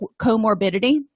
comorbidity